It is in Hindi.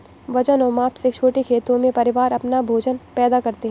वजन और माप से छोटे खेतों में, परिवार अपना भोजन पैदा करते है